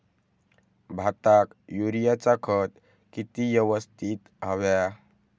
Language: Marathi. भाताक युरियाचा खत किती यवस्तित हव्या?